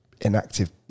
inactive